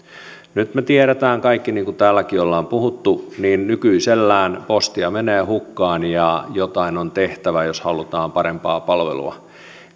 nyt me tiedämme kaikki niin kuin täälläkin ollaan puhuttu että nykyisellään postia menee hukkaan ja jotain on tehtävä jos halutaan parempaa palvelua